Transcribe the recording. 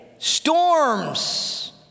Storms